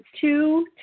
two